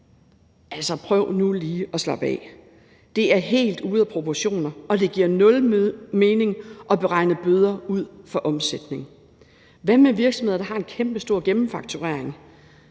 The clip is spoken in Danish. prøv nu lige at slappe af. Det er helt ude af proportioner, og det giver nul mening at beregne bøder ud fra omsætning. Hvad med virksomheder, der har en kæmpestor gennemfakturering?